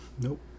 Nope